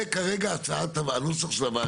זו כרגע הצעת הנוסח של הוועדה.